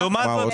מה עוד?